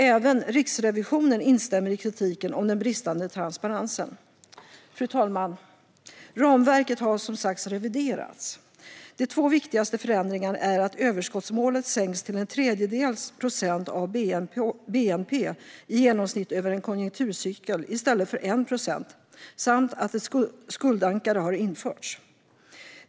Även Riksrevisionen instämmer i kritiken mot den bristande transparensen. Fru talman! Ramverket har som sagt reviderats. De två viktigaste förändringarna är att överskottsmålet sänks till en tredjedels procent av bnp i genomsnitt över en konjunkturcykel i stället för 1 procent samt att ett skuldankare införs.